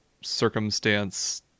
circumstance